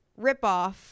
ripoff